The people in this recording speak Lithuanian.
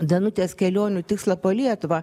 danutės kelionių tikslą po lietuvą